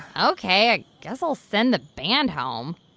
ok. i guess i'll send the band home.